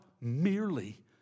merely